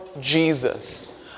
Jesus